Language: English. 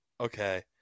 Okay